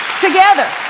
together